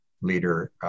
leader